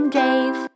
dave